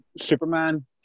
Superman